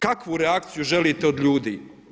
Kakvu reakciju želite od ljudi?